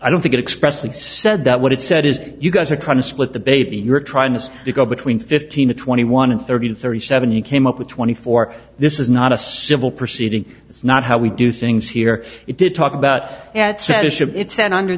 i don't think it expressly said that what it said is you guys are trying to split the baby you're trying to go between fifteen and twenty one and thirty and thirty seven you came up with twenty four this is not a civil proceeding it's not how we do things here it did talk about at censorship